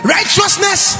Righteousness